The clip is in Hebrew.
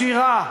השירה,